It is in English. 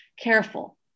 careful